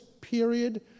period